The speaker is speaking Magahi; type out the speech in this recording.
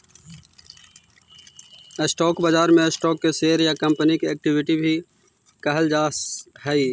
स्टॉक बाजार में स्टॉक के शेयर या कंपनी के इक्विटी भी कहल जा हइ